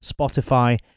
Spotify